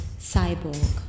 cyborg